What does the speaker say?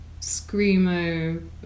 screamo